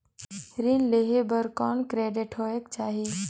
ऋण लेहे बर कौन क्रेडिट होयक चाही?